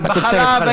בתוצרת החלב?